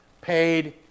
paid